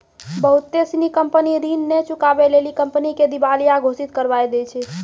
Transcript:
बहुते सिनी कंपनी ऋण नै चुकाबै लेली कंपनी के दिबालिया घोषित करबाय दै छै